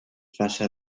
faça